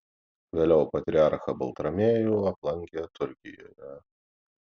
vėliau patriarchą baltramiejų aplankė turkijoje